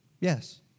Yes